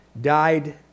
died